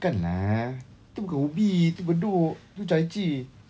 bukan lah tu bukan ubi tu bedok tu chai chee